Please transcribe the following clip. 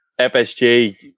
FSG